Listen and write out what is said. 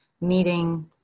meeting